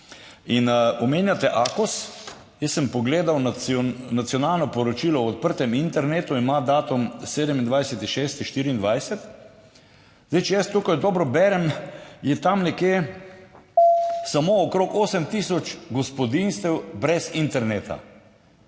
Omenjate AKOS, jaz sem pogledal nacionalno poročilo o odprtem internetu, ki ima datum 27. 6. 2024, če jaz tukaj dobro berem, je samo okrog 8 tisoč gospodinjstev brez interneta.